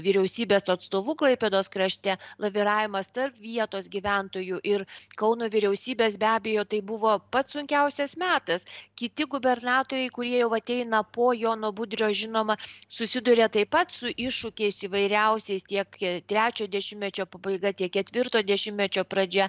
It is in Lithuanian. vyriausybės atstovu klaipėdos krašte laviravimas tarp vietos gyventojų ir kauno vyriausybės be abejo tai buvo pats sunkiausias metas kiti gubernatoriai kurie jau ateina po jono budrio žinoma susiduria taip pat su iššūkiais įvairiausiais tiek trečio dešimtmečio pabaiga tiek ketvirto dešimtmečio pradžia